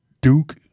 Duke